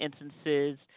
instances